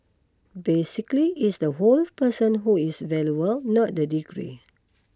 basically it's the whole person who is valuable not the degree